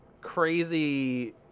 crazy